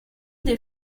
des